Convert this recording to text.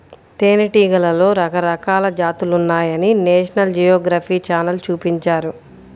తేనెటీగలలో రకరకాల జాతులున్నాయని నేషనల్ జియోగ్రఫీ ఛానల్ చూపించారు